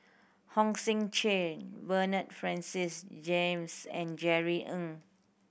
Hong Sek Chern Bernard Francis James and Jerry Ng